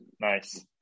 nice